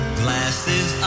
glasses